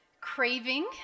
Craving